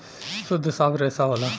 सुद्ध साफ रेसा होला